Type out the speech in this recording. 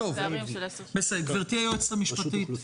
גברתי היועצת המשפטית,